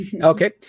Okay